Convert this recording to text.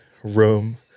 room